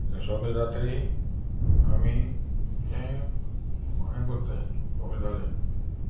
सगलें जातत्री आमी तें हे करत्ता सगले जालें